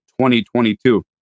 2022